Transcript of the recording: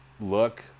look